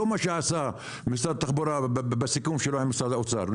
לא מה שעשה משרד התחבורה בסיכום שלו עם משרד האוצר.